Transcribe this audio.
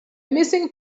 missing